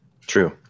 True